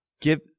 give